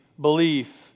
belief